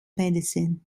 medicine